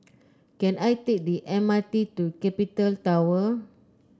can I take the M R T to Capital Tower